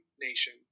nation